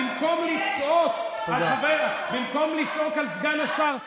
במקום לצעוק על סגן השר,